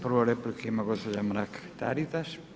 Prvu repliku ima gospođa Mrak-Taritaš.